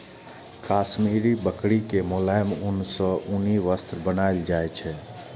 काश्मीरी बकरी के मोलायम ऊन सं उनी वस्त्र बनाएल जाइ छै